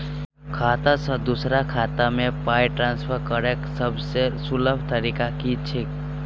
खाता सँ दोसर खाता मे पाई ट्रान्सफर करैक सभसँ सुलभ तरीका की छी?